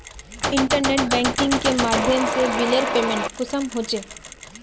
Internet banking के माध्यम से बिलेर पेमेंट कुंसम होचे?